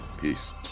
Peace